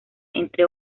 entre